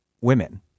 women